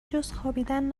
جزخوابیدن